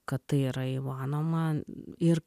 kad tai yra įmanoma ir